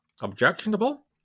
objectionable